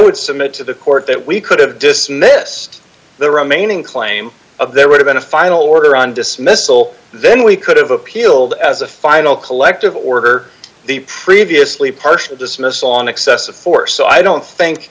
would submit to the court that we could have dismissed the remaining claim of there would have been a final order on dismissal then we could have appealed as a final collective order the previously partial dismissal on excessive force so i don't think